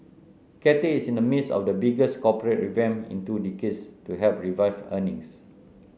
Cathay is in the midst of the biggest corporate revamp in two decades to help revive earnings